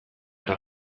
eta